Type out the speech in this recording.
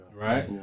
right